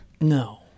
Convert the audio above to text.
no